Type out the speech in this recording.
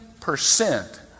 percent